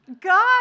God